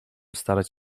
starać